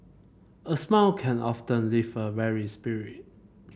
a smile can often lift a weary spirit